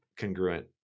congruent